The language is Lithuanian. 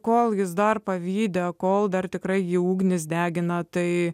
kol jis dar pavydi kol dar tikrai jį ugnys degina tai